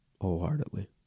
Wholeheartedly